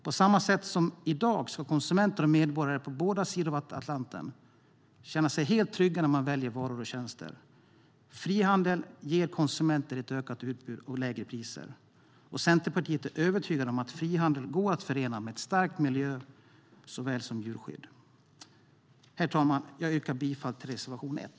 På samma sätt som i dag ska konsumenter och medborgare på båda sidor Atlanten känna sig helt trygga när de väljer varor och tjänster. Frihandel ger konsumenter ökat utbud och lägre priser. Vi i Centerpartiet är övertygade om att frihandel går att förena med ett starkt miljö och djurskydd. Herr talman! Jag yrkar bifall till reservation 1.